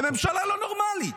זו ממשלה לא נורמלית.